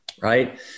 right